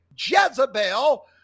jezebel